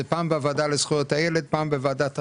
זה פעם בוועדה לזכויות הילד, פעם בוועדת החינוך,